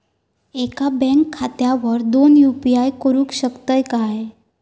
एका बँक खात्यावर दोन यू.पी.आय करुक शकतय काय?